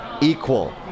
equal